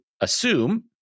assume